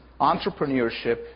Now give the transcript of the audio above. entrepreneurship